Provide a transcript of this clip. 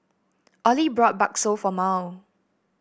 Ollie bought bakso for Mal